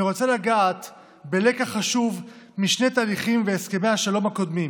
אני רוצה לגעת בלקח חשוב המשני תהליכים והסכמי השלום הקודמים,